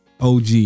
OG